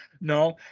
No